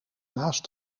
naast